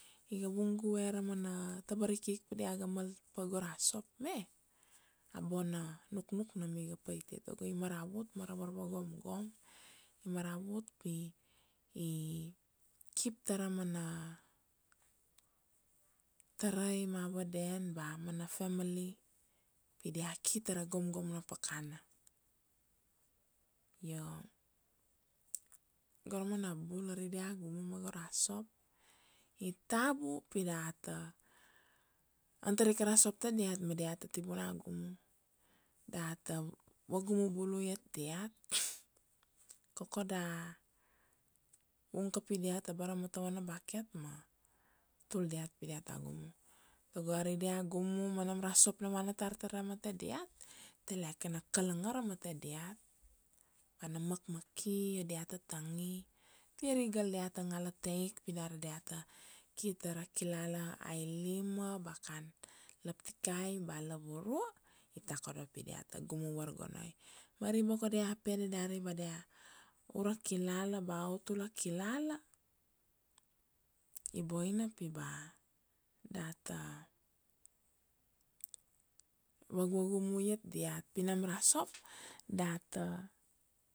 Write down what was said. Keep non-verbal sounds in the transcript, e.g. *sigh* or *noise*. iga vung guve ra mana tabarikik pi dia ga mal pa go ra sop me, a bona nuknuk nam iga paitia tago i maravut ma ra varva gomgom, i maravut pi *hesitation* keep ta ra mana, tarai ma vaden ba mana family pi dia ki ta ra gomgom na pakana. Io, go ra mana bul ari dia gumu ma go ra sop, i tabu pi data antar ika ra sop ta diat ma dia ta ti tibuna na gumu, data vagumu bulu diat, *noise* koko da vung kapi diat abara ma ta vana bucket ma tul diat pi dia ta gumu. Tago ari dia gumu ma nam ra sop na vana tar ta ra mate diat, teleke na kalangar ra mate diat, ba na makmaki io diat ta tangi. Pi ari gal diat ta ngala ta ik pi dari diat ta ki ta ra kilala ailima ba kan laptikai ba lavurua, i takodo pi diat ta gumu vargonoi. Ma ari boko dia pede dari ba dia ura kilala ba utula kilala, i boina pi ba data *hesitation* vag-vagumu iat diat, pi nam ra sop data